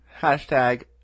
Hashtag